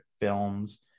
films